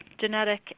genetic